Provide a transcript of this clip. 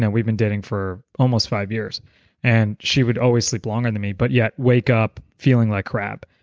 and we've been dating for almost five years and she would always sleep longer than me, but yet wake up feeling like crap,